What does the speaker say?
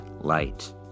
light